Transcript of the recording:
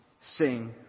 Sing